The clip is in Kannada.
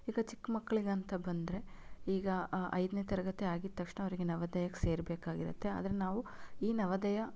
ಈಗ ಚಿಕ್ಕ ಮಕ್ಕಳಿಗೆ ಅಂತ ಬಂದರೆ ಈಗ ಐದನೇ ತರಗತಿ ಆಗಿದ ತಕ್ಷಣ ಅವರಿಗೆ ನವೋದಯಕ್ಕೆ ಸೇರಬೇಕಾಗಿರತ್ತೆ ಆದರೆ ನಾವು ಈ ನವೋದಯ